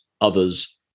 others